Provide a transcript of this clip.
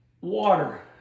water